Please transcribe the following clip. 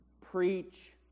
preach